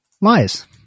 lies